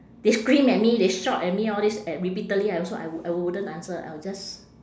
they scream at me they shout at me all these at repeatedly I also I would I wouldn't answer I will just